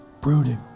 Brooding